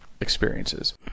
experiences